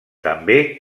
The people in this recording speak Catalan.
també